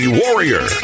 warrior